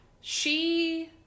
she-